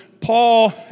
Paul